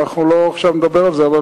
אנחנו לא נדבר על זה עכשיו,